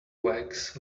wax